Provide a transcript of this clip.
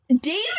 David